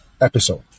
episode